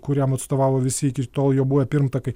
kuriam atstovavo visi iki tol jo buvę pirmtakai